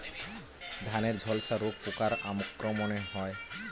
ধানের ঝলসা রোগ পোকার আক্রমণে হয়?